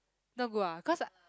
not good ah cause